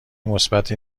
مثبتی